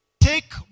Take